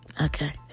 Okay